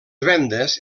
vendes